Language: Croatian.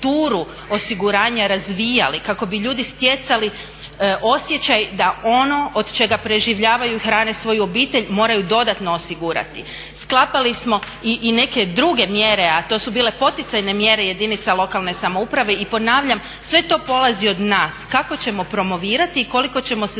osiguranja razvijali, kako bi ljudi stjecali osjećaj da ono od čega preživljavaju i hrane svoju obitelj moraju dodatno osigurati. Sklapali smo i neke druge mjere, a to su bile poticajne mjere jedinica lokalne samouprave i ponavljam sve to polazi od nas kako ćemo promovirati i koliko ćemo se